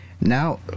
now